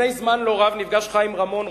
"נפגש חיים רמון,